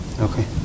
Okay